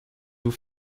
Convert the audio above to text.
vous